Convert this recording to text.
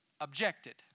objected